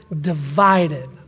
divided